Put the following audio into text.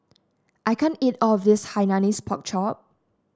I can't eat all of this Hainanese Pork Chop